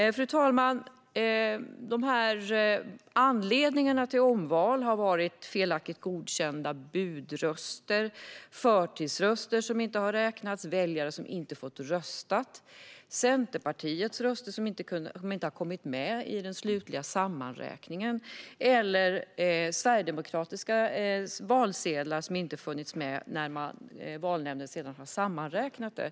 Fru talman! Anledningarna till omval har varit felaktigt godkända budröster, förtidsröster som inte har räknats, att väljare inte har fått rösta, att Centerpartiets röster inte har kommit med i den slutliga sammanräkningen och att sverigedemokratiska valsedlar inte har funnits med när valnämnden har räknat samman resultatet.